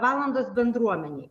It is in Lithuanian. valandos bendruomenėj